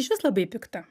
išvis labai pikta